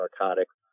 narcotics